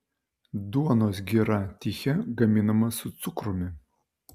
duonos gira tichė gaminama su cukrumi